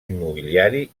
immobiliari